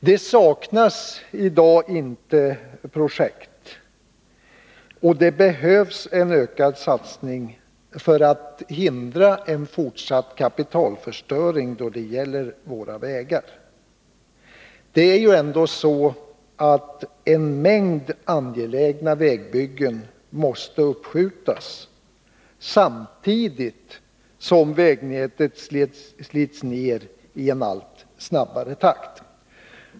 Det saknas inte projekt i dag, och en ökad satsning behövs för att hindra en fortsatt kapitalförstöring då det gäller våra vägar. Det är ändå så att en mängd angelägna vägbyggen måste uppskjutas, samtidigt som vägnätet slits ned i en allt snabbare takt.